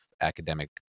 academic